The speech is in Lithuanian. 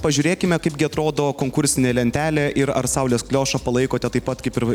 pažiūrėkime kaipgi atrodo konkursinė lentelė ir ar saulės kliošą palaikote taip pat kaip ir